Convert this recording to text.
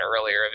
earlier